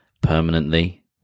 permanently